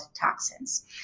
toxins